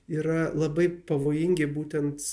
yra labai pavojingi būtent